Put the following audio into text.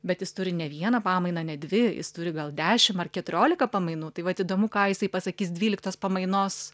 bet jis turi ne vieną pamainą ne dvi jis turi gal dešim ar keturiolika pamainų tai vat įdomu ką jisai pasakys dvyliktos pamainos